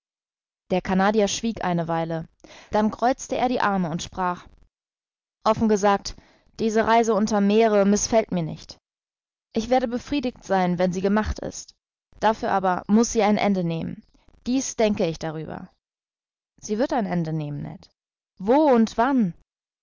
der canadier schwieg eine weile dann kreuzte er die arme und sprach offen gesagt diese reise unter'm meere mißfällt mir nicht ich werde befriedigt sein wenn sie gemacht ist dafür aber muß sie ein ende nehmen dies denke ich darüber sie wird ein ende nehmen ned wo und wann